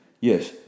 Yes